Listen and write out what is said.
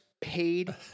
paid